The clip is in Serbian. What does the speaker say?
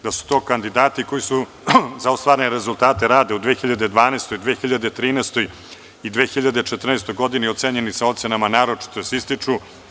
Da su to kandidati koji su za ostvarene rezultate rada u 2012. godini, 2013. godini i 2014. godini ocenjeni sa ocenama „naročito se ističe“